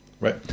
Right